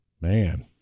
man